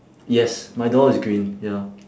yes my door is green ya